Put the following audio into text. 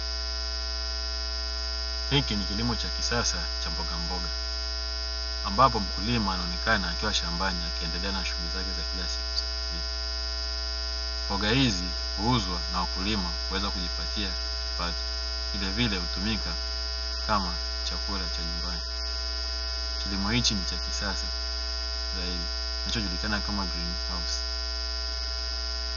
Hiki ni kilimo cha kisasa cha mbogamboga, ambapo mkulima anaonekana akiwa shambani akiendelea na shughuli zake za kila siku za kilimo, mboga hizi huuzwa na wakulima kuweza kujipatia kipato, vilevile hutumika kama chakula cha nyumbani, kilimo hichi ni cha kisasa zaidi kinachojulikana kama greenhausi.